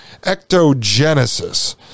ectogenesis